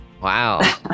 Wow